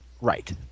Right